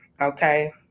Okay